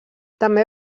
també